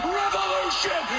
revolution